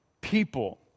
people